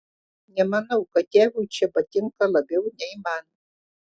nemanau kad tėvui čia patinka labiau nei man